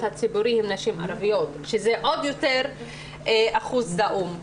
הציבורי הן נשים ערביות שזה אחוז זעום עוד יותר.